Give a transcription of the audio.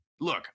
Look